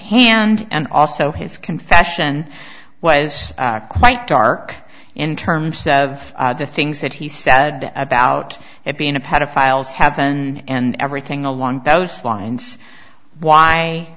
hand and also his confession was quite dark in terms of the things that he said about it being a pedophile is have been and everything along those lines why